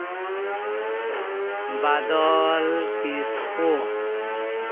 ᱵᱟᱫᱚᱞ ᱠᱤᱥᱠᱩ